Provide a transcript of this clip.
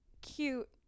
cute